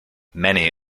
many